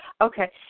Okay